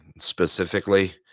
specifically